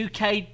UK